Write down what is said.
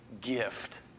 gift